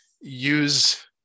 use